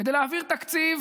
כדי להעביר תקציב